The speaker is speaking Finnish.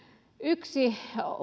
yksi